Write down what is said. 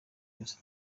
yose